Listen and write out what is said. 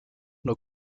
nur